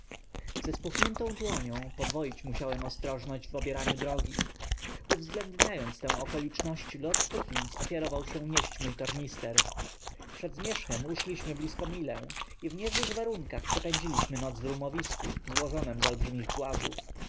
z spuchniętą dłonią podwoić musiałem ostrożność w obieraniu drogi uwzględniając tę okoliczność lord puckins ofiarował się nieść mój tornister przed zmierzchem uszliśmy blizko milę i w niezłych warunkach przepędziliśmy noc w rumowisku złożonem z olbrzymich głazów